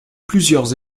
plusieurs